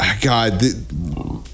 God